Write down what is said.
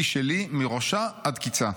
היא שלי מראשה עד קיצה')"